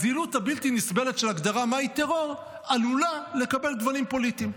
הזילות הבלתי-נסבלת של ההגדרה מהו טרור עלולה לקבל גוונים פוליטיים.